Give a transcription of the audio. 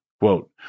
Quote